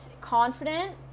confident